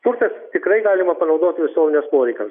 turtas tikrai galima panaudoti visuomenės poreikiams